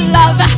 love